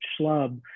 schlub